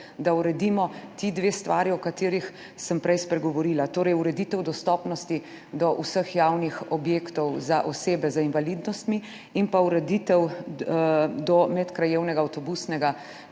da uredimo ti dve stvari, o katerih sem prej spregovorila, torej ureditev dostopnosti do vseh javnih objektov za osebe z invalidnostmi in ureditev [dostopnosti] do medkrajevnega avtobusnega